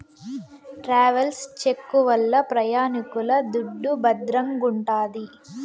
travels cheque వల్ల ప్రయాణికుల దుడ్డు భద్రంగుంటాది